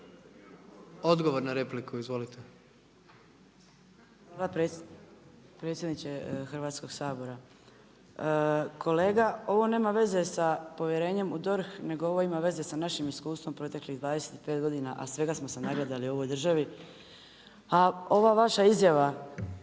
Ivana (MOST)** Hvala predsjedniče Hrvatskog sabora. Kolega, ovo nema veze sa povjerenjem u DORH nego ovo ima veze sa našim iskustvom proteklih 25 godina, a svega smo se nagledali u ovoj državi. A ova vaša izjava